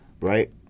right